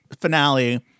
finale